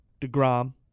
DeGrom